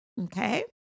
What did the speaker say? okay